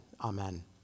amen